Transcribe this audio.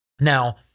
Now